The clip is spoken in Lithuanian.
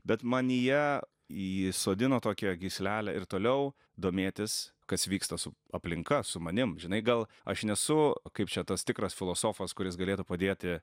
bet manyje įsodino tokią gyslelę ir toliau domėtis kas vyksta su aplinka su manim žinai gal aš nesu kaip čia tas tikras filosofas kuris galėtų padėti